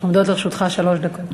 עומדות לרשותך שלוש דקות.